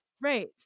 Right